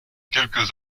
quelques